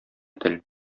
тел